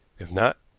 if not,